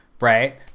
right